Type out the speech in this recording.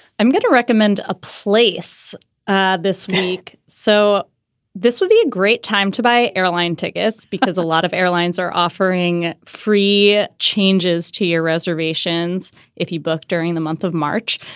i'm going to recommend a place ah this week so this would be a great time to buy airline tickets because a lot of airlines are offering free ah changes to your reservations if you book during the month of march.